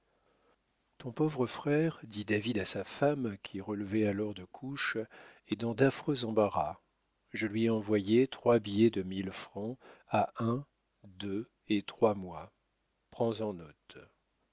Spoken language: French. ton pauvre frère dit david à sa femme qui relevait alors de couches est dans d'affreux embarras je lui ai envoyé trois billets de mille francs à un deux et trois mois prends-en note